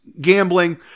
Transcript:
gambling